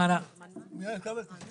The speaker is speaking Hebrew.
מאז 1995